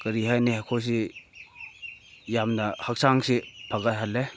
ꯀꯔꯤ ꯍꯥꯏꯅꯤ ꯑꯩꯈꯣꯏꯁꯤ ꯌꯥꯝꯅ ꯍꯛꯆꯥꯡꯁꯤ ꯐꯒꯠꯍꯜꯂꯦ